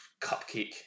cupcake